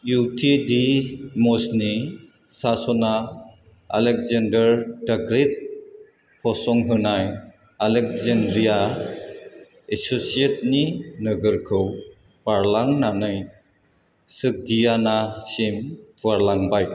इयुथिदेमसनि सासना Alexander the great फसंहोनाय Alexandria एस'सियेतनि नोगोरखौ बारलांनानै सोगदियानासिम फुवारलांबाय